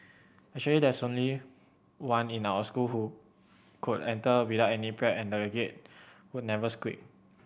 actually there was only one in our school who could enter without any prep and the Gate would never squeak